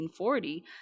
1940